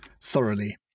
Thoroughly